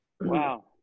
Wow